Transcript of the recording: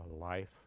life